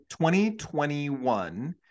2021